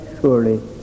surely